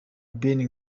beni